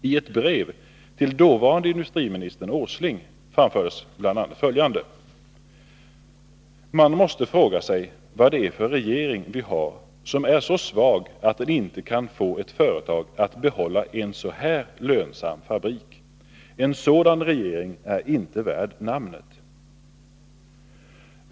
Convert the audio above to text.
I ett brev till dåvarande industriministern Åsling framfördes bl.a.: Man måste fråga sig vad det är för regering vi har som är så svag att den inte kan få ett företag att behålla en så här lönsam fabrik. En sådan regering är inte värd namnet.